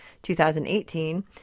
2018